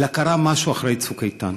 אלא שקרה משהו אחרי "צוק איתן",